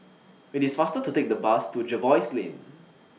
IT IS faster to Take The Bus to Jervois Lane